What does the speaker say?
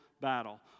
battle